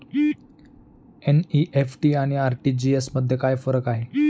NEFT आणि RTGS मध्ये काय फरक आहे?